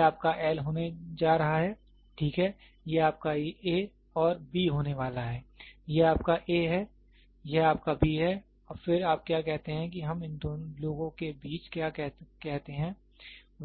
यह आपका L होने जा रहा है ठीक है यह आपका a और b होने वाला है यह आपका a है यह आपका b है और फिर आप क्या कहते हैं कि हम इन दो लोगों के बीच क्या कहते हैं